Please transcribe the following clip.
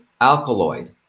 alkaloid